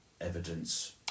evidence